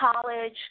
college